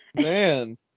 Man